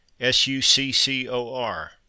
S-U-C-C-O-R